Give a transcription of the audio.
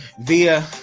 via